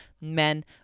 men